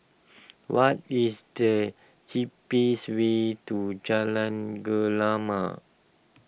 what is the cheapest way to Jalan Gemala